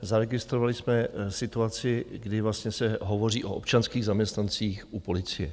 Zaregistrovali jsme situaci, kdy se hovoří o občanských zaměstnancích u policie.